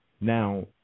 Now